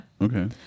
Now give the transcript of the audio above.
Okay